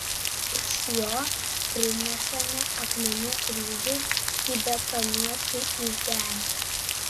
iš jo prinešame akmenų kryžiui įbetonuoti į žemę